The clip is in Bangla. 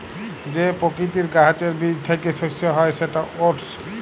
যে পকিতির গাহাচের বীজ থ্যাইকে শস্য হ্যয় সেট ওটস